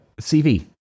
cv